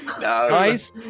guys